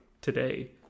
today